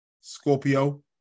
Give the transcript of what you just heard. Scorpio